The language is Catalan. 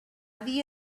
dir